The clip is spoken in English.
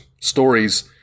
stories